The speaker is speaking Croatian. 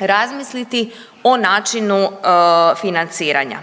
razmisliti o načinu financiranja.